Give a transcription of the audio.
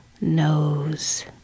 knows